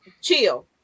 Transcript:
chill